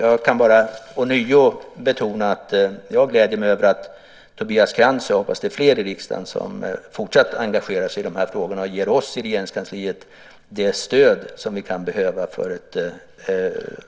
Jag kan bara ånyo betona att jag gläder mig över att Tobias Krantz, och jag hoppas att det gäller fler i riksdagen, fortsatt engagerar sig i dessa frågor och ger oss i Regeringskansliet det stöd som vi kan behöva för ett